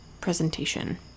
presentation